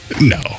No